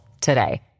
today